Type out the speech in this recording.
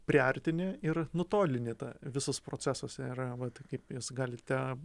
priartini ir nutolini tą visas procesas yra vat kaip jūs galite